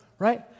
Right